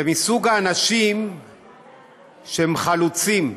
הוא מסוג האנשים שהם חלוצים,